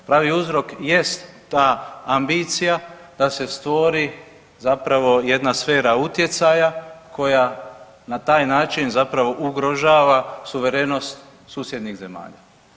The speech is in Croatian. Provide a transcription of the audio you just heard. Pravi uzrok jest ta ambicija da se stvori zapravo jedna sfera utjecaja koja na taj način zapravo ugrožava suverenost susjednih zemalja.